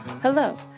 Hello